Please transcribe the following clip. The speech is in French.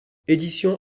édition